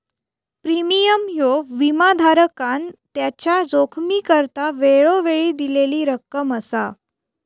premium ह्यो विमाधारकान त्याच्या जोखमीकरता वेळोवेळी दिलेली रक्कम असा